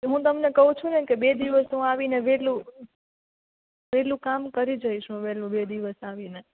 હું તમને કહું છુંને કે બે દિવસ હું આવીને વહેલું વહેલું કામ કરી જઈશ હું વહેલું બે દિવસ આવીને